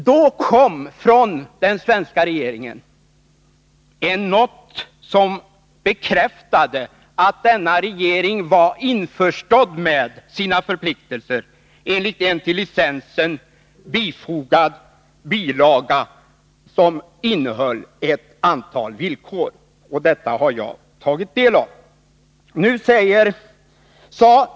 Då kom från den svenska regeringen en not, som bekräftade att denna regering var införstådd med sina förpliktelser enligt en till licensen fogad bilaga, som innehöll ett antal villkor. Dessa har jag tagit del av.